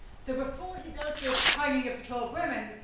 so before he does this hanging of the twelve women,